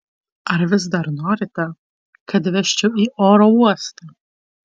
ar vis dar norite kad vežčiau į oro uostą